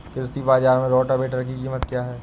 कृषि बाजार में रोटावेटर की कीमत क्या है?